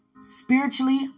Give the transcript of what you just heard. Spiritually